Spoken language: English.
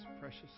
precious